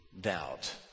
doubt